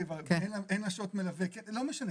אין לה שעות מלווה אבל אין לה את